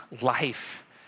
life